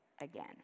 again